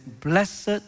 blessed